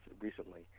recently